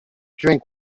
drink